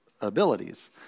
abilities